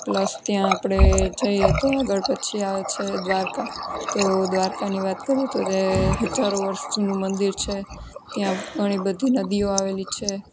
plus ત્યાં આપણે જઈએ તો આગળ પછી આવે છે દ્વારકા તો દ્વારકાની વાત કરીએ તો તે હજારો વર્ષ જૂનું મંદિર છે ત્યાં પણ એ બધી નદીઓ આવેલી છે